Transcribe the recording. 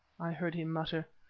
i heard him mutter.